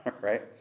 right